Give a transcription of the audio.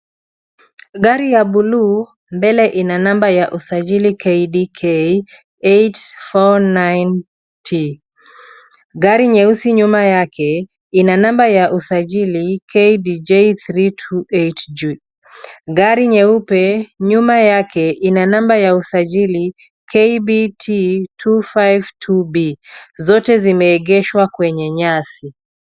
Gari ya bluu mbele ina namba ya usajili KDK 849T. Gari nyeusi nyuma yake ina namba ya usajili KDJ 328J. Gari nyeupe nyuma yake ina namba ya usajili KBT 252B. Zote zimeegeshwa kwenye nyasi.